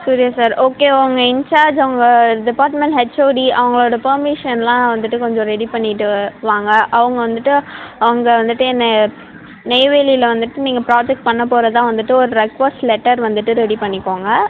Surya sir okay உங்கள் in charge அவங்க department HOD அவங்களோட பேர்மிஷன் எல்லாம் வந்துவிட்டு கொஞ்சம் ரெடி பண்ணிவிட்டு வ வாங்க அவங்க வந்துவிட்டு அவங்க வந்துவிட்டு என்ன நெய்வேலியில வந்துவிட்டு நீங்கள் ப்ராஜெக்ட் பண்ணப் போகறதா வந்துவிட்டு ஒரு ரெக்வஸ்ட் லெட்டர் வந்துட்டு ரெடி பண்ணிக்கோங்க